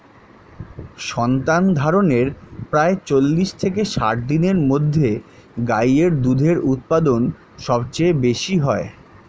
সন্তানধারণের প্রায় চল্লিশ থেকে ষাট দিনের মধ্যে গাই এর দুধের উৎপাদন সবচেয়ে বেশী হয়